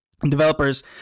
Developers